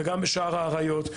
גם בשער האריות,